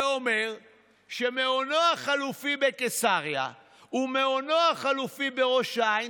זה אומר שמעונו החלופי בקיסריה ומעונו החלופי בראש העין,